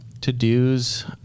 To-dos